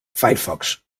firefox